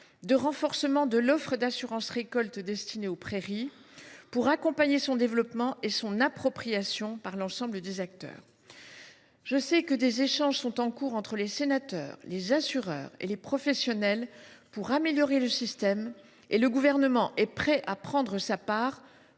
de renforcement de l’offre d’assurance récolte destinée aux prairies. Il s’agit d’accompagner son développement et d’assurer son appropriation par l’ensemble des acteurs. Je sais que des échanges sont en cours entre les sénateurs, les assureurs et les professionnels pour améliorer le système. Le Gouvernement est prêt à prendre sa part